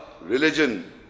religion